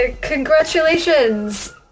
congratulations